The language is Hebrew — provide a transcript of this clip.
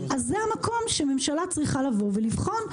אז זה המקום שהממשלה צריכה לבוא ולבחון,